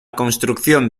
construcción